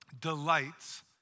delights